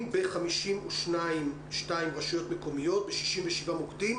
ב-52 רשויות מקומיות ב-67 מוקדים.